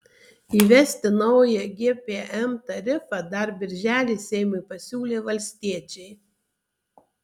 įvesti naują gpm tarifą dar birželį seimui pasiūlė valstiečiai